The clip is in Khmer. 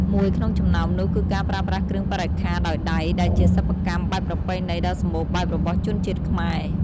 មួយក្នុងចំណោមនោះគឺការប្រើប្រាស់គ្រឿងបរិក្ខារដោយដៃ ដែលជាសិប្បកម្មបែបប្រពៃណីដ៏សម្បូរបែបរបស់ជនជាតិខ្មែរ។